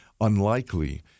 unlikely